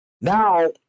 Now